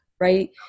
Right